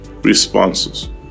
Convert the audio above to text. responses